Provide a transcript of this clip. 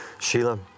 Sheila